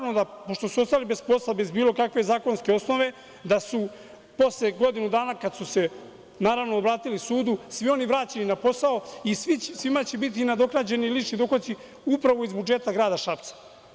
Pošto su ostali bez posla, bez bilo kakve zakonske osnove, posle godinu dana kada su se obratili sudu, svi su vraćeni na posao i svima će biti nadoknađeni lični dohotci upravo iz budžeta grada Šapca.